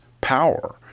power